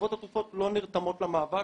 חברות התרופות לא נרתמות למאבק.